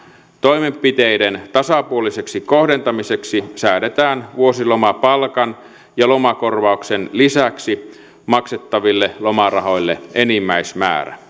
toimenpiteiden tasapuoliseksi kohdentamiseksi säädetään vuosilomapalkan ja lomakorvauksen lisäksi maksettaville lomarahoille enimmäismäärä